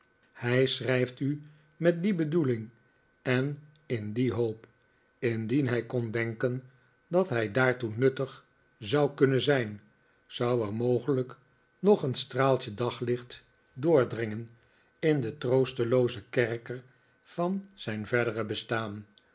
hij schrijft u met die bedoeling en in die hoop indien hij kon denken dat hij daartoe nuttig zou kunnen zijn zou er mogelijk nog een straaltje daglicht doordringen in den troosteloozen kerker van zijn verdere bestaan